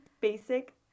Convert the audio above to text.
basic